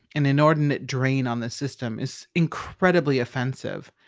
an inordinate drain on the system is incredibly offensive.